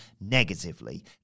negatively